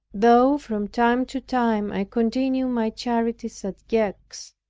though from time to time i continued my charities at gex,